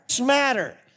matter